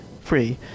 free